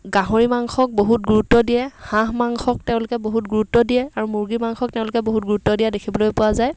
গাহৰি মাংসক বহুত গুৰুত্ব দিয়ে হাঁহ মাংসক তেওঁলোকে বহুত গুৰুত্ব দিয়ে আৰু মুৰ্গী মাংসক তেওঁলোকে বহুত গুৰুত্ব দিয়া দেখিবলৈ পোৱা যায়